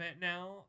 now